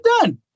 done